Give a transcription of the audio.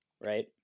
right